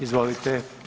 Izvolite.